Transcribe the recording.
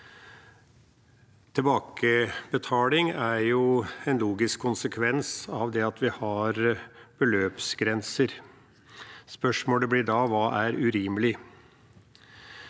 Tilbakebetaling er jo en logisk konsekvens av at vi har beløpsgrenser. Spørsmålet blir da: Hva er «urimelig»?